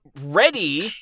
ready